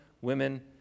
women